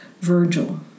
Virgil